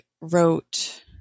wrote